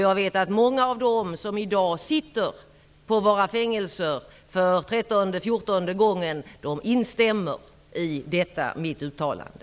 Jag vet att många av dem som i dag för trettonde eller fjortonde gången sitter på våra fängelser instämmer i detta mitt uttalande.